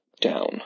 down